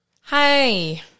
Hi